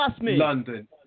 London